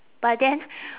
but then